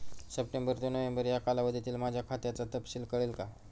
September ते November या कालावधीतील माझ्या खात्याचा तपशील कळेल का?